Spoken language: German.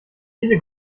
viele